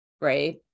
right